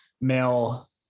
male